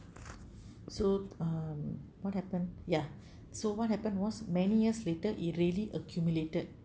so um what happen ya so what happened was many years later it really accumulated